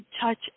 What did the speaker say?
touch